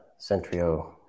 Centrio